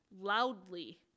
loudly